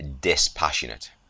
dispassionate